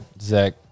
Zach